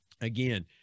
again